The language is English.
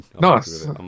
Nice